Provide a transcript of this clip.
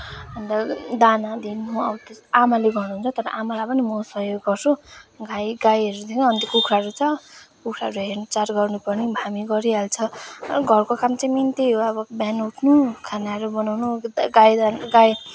अन्त दाना दिनु आमाले गर्नुहुन्छ तर आमालाई पनि म सहयोग गर्छु गाई गाईहरू छ अन्त कुखुराहरू छ कुखुराहरू हेरचाह गर्नु पनि हामी गरिहाल्छ अब घरको काम चाहिँ मेन त्यही हो अब बिहान उठ्नु खानाहरू बनाउनु गाई गाई